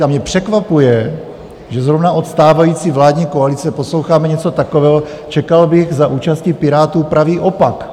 A mě překvapuje, že zrovna od stávající vládní koalice posloucháme něco takového, čekal bych za účasti Pirátů pravý opak.